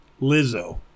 Lizzo